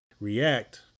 react